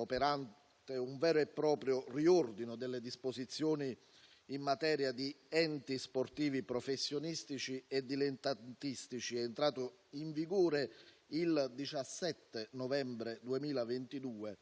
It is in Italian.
operante un vero e proprio riordino delle disposizioni in materia di enti sportivi professionistici e dilettantistici, è entrato in vigore il 17 novembre 2022